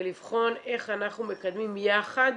ולבחון איך אנחנו מקדמים יחד